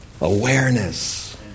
awareness